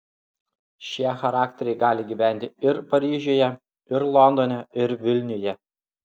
šie charakteriai gali gyventi ir paryžiuje ir londone ir vilniuje